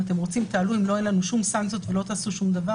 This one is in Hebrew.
אם אתם רוצים תעלו ואם לא אז אין לנו שום סנקציות ולא תעשו שום דבר